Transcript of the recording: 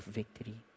victory